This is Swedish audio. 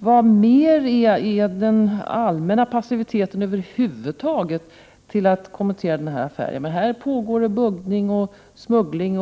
Vad mer leder den allmänna passiviteten över huvud taget till att man kommenterar denna affär? Här pågår det buggning och smuggling.